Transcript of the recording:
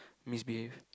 misbehave